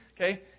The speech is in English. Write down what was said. okay